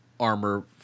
armor